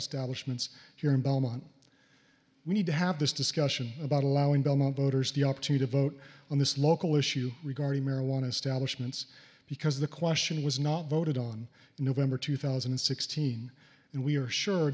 establishments here in belmont we need to have this discussion about allowing belmont voters the up to to vote on this local issue regarding marijuana establishment because the question was not voted on in november two thousand and sixteen and we are sure